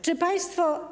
Czy państwo.